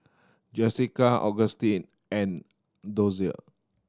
Jessika Augustine and Dozier